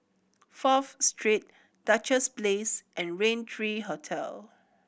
Fourth Street Duchess Place and Raintree Hotel